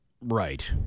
right